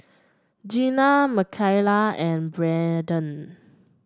Gena Mikaela and Braeden